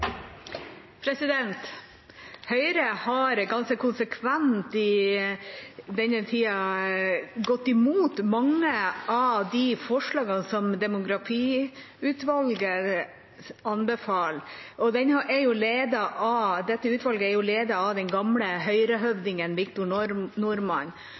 Høyre har ganske konsekvent i denne tida gått mot mange av de forslagene som demografiutvalget anbefaler. Dette utvalget er ledet av den